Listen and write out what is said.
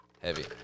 Heavy